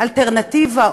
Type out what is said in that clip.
אלטרנטיבה,